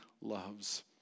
loves